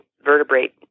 vertebrate